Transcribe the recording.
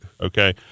Okay